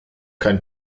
kein